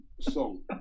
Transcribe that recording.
song